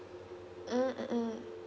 mm mm mm